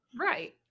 Right